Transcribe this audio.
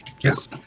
Yes